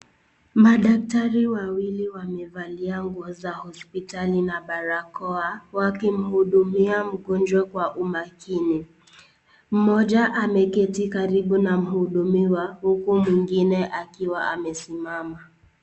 Madaktari wawili wamevalia nguo za hospitali na barakoa wakimhudumia mgonjwa kwa umakini. Mmoja ameketi karibu na mhudumiwa huku mwingine akiwa amesimama.